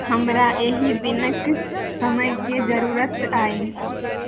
हमरा एहि दिनक समयके जरूरत अइ